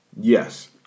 Yes